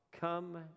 come